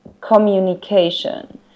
communication